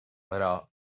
però